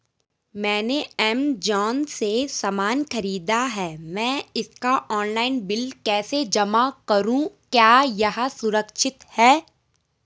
मैंने ऐमज़ान से सामान खरीदा है मैं इसका ऑनलाइन बिल कैसे जमा करूँ क्या यह सुरक्षित है?